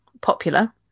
popular